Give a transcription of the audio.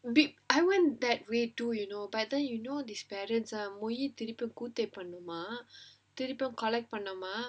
I want that way too you know but then you know this parent ah மொயி திரும்பி கொடுத்தே பண்ணனுமா திரும்ப:moiyi thirumbi koduthae pannanumaa thirumba collect பண்ணனுமாம்:pannanumaam